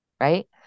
right